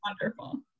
wonderful